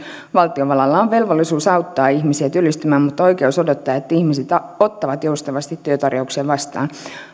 valtiovallalla on velvollisuus auttaa ihmisiä työllistymään mutta oikeus odottaa että ihmiset ottavat joustavasti työtarjouksia vastaan